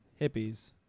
hippies